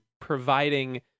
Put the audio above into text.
providing